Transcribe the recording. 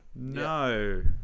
No